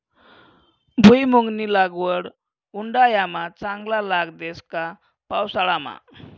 भुईमुंगनी लागवड उंडायामा चांगला लाग देस का पावसाळामा